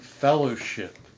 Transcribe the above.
Fellowship